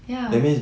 ya